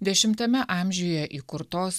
dešimtame amžiuje įkurtos